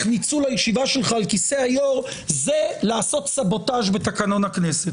ניצול הישיבה שלך על כיסא היו"ר זה לעשות סבוטאז' בתקנון הכנסת.